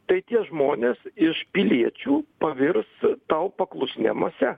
tai tie žmonės iš piliečių pavirs tau paklusnia mase